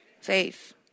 Faith